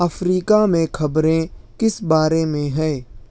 Africa میں خبریں کس بارے میں ہیں